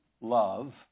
love